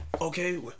okay